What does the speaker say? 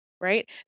right